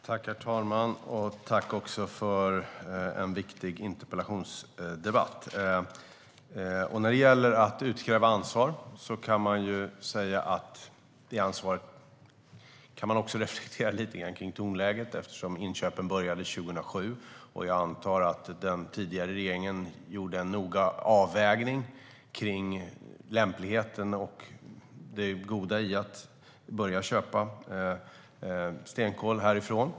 Herr talman! Jag tackar för en viktig interpellationsdebatt. När det gäller att utkräva ansvar kan man reflektera lite grann över tonläget eftersom inköpen började 2007. Jag antar att den tidigare regeringen gjorde en noggrann avvägning i fråga om lämpligheten och det goda i att börja köpa stenkol därifrån.